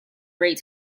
great